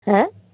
হ্যাঁ